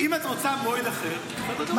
אם את רוצה מועד אחר, בסדר גמור.